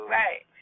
right